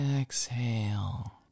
exhale